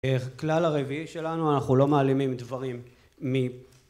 כלל הרביעי שלנו, אנחנו לא מעלימים דברים מ